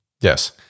Yes